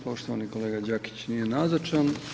Poštovani kolega Đakić, nije nazočan.